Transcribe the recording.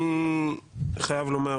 אני חייב לומר